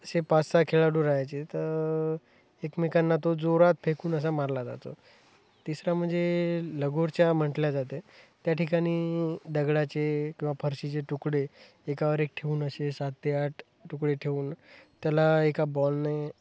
असे पाच सहा खेळाडू राहायचे त एकमेकांना तो जोरात फेकून असा मारला जातो तिसरा म्हणजे लघोरच्या म्हटले जाते त्या ठिकाणी दगडाचे किंवा फरशीचे टुकडे एकावर एक ठेवून असे सात ते आठ तुकडे ठेवून त्याला एका बॉलने